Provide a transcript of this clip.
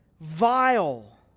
Vile